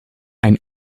ein